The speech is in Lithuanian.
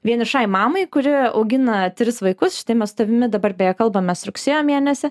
vienišai mamai kuri augina tris vaikus štai mes su tavimi dabar beje kalbamės rugsėjo mėnesį